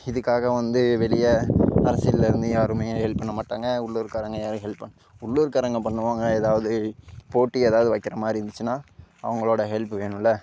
இதுக்காக வந்து வெளியே அரசியலில் இருந்து யாரும் ஹெல்ப் பண்ண மாட்டாங்க உள்ளூர்காரங்க யாரும் ஹெல்ப் பண்ண உள்ளூர்காரங்க பண்ணுவாங்க ஏதாவது போட்டி ஏதாவது வைக்கின்ற மாதிரி இருந்துச்சுன்னா அவங்களோடு ஹெல்ப் வேணும்ல